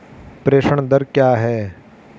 प्रेषण दर क्या है?